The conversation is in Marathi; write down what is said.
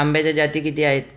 आंब्याच्या जाती किती आहेत?